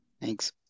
Thanks